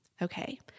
Okay